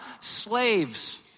Slaves